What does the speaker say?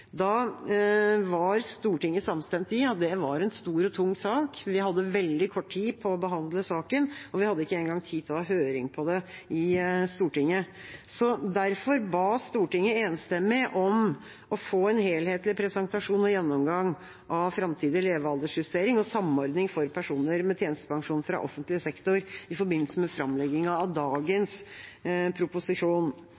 Da var Stortinget samstemt i at det var en stor og tung sak, vi hadde veldig kort tid på å behandle den, og vi hadde ikke engang tid til å ha høring om den i Stortinget. Derfor ba Stortinget enstemmig om å få en helhetlig presentasjon og gjennomgang av framtidig levealdersjustering og samordning for personer med tjenestepensjon fra offentlig sektor i forbindelse med framleggingen av